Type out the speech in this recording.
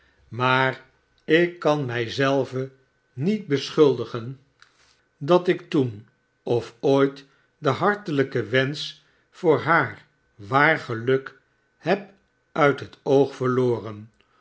maar ik kan mij zelven niet beschuldigen dat ik toen of ooit den hartelijken wensch voor haar waar geluk heb uit het oog verloren